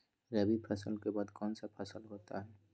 रवि फसल के बाद कौन सा फसल होता है?